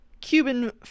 Cuban